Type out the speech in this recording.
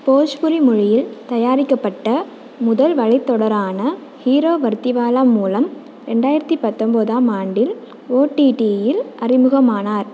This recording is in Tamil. போஜ்புரி மொழியில் தயாரிக்கப்பட்ட முதல் வலைத் தொடரான ஹீரோ வர்திவாலா மூலம் ரெண்டாயிரத்தி பத்தொன்போதாம் ஆண்டில் ஓடிடியில் அறிமுகமானார்